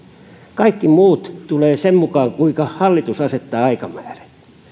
kaikki muut tulevat sen mukaan kuinka hallitus asettaa aikamääreen